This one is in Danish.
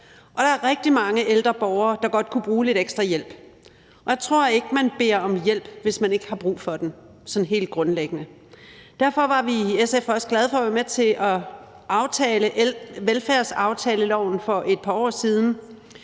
Og der er rigtig mange ældre borgere, der godt kunne bruge lidt ekstra hjælp. Og jeg tror ikke, man beder om hjælp, hvis man ikke sådan helt grundlæggende har brug for den. Derfor var vi i SF også glade for at være med til velfærdsaftaleloven for et par år siden.